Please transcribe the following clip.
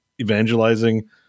evangelizing